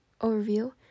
Overview